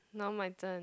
now my turn